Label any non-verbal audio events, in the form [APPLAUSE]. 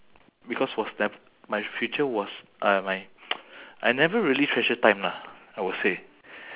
because was the my future was uh my [NOISE] I never really treasure time lah I would say